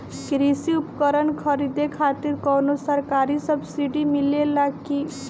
कृषी उपकरण खरीदे खातिर कउनो सरकारी सब्सीडी मिलेला की?